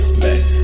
man